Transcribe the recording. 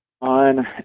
on